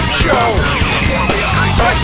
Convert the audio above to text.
show